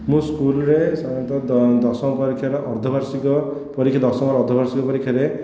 ମୁଁ ସ୍କୁଲରେ ସାଧାରଣତଃ ଦଶମ ପରୀକ୍ଷାର ଅର୍ଦ୍ଧବାର୍ଷିକ ପରୀକ୍ଷା ଦଶମର ଅର୍ଦ୍ଧବାର୍ଷିକ ପରୀକ୍ଷା ରେ